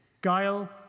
guile